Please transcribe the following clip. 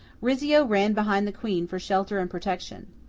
rizzio ran behind the queen for shelter and protection.